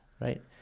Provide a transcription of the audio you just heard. right